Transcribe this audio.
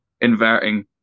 inverting